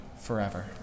forever